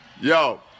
Yo